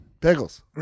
Pickles